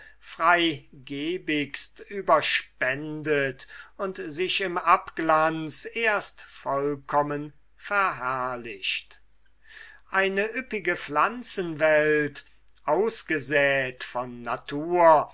erde freigebigst überspendet und sich im abglanz erst vollkommen verherrlicht eine üppige pflanzenwelt ausgesäet von natur